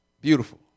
Beautiful